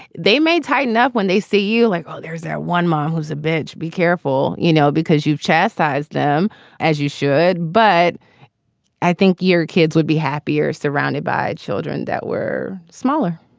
they may tighten up when they see you like there. is there one mom who's a bitch? be careful, you know, because you've chastised them as you should. but i think your kids would be happier surrounded by children that were smaller.